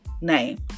name